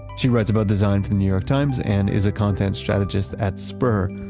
she writes about design for the new york times and is a content strategist at spur,